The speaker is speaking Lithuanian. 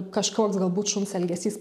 kažkoks galbūt šuns elgesys